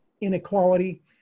inequality